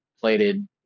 plated